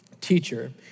teacher